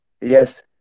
Yes